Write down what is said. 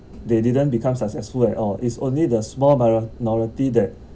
they didn't become successful at all it's only the small minority that